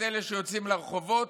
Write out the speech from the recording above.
את אלה שיוצאים לרחובות,